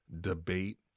debate